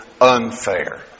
unfair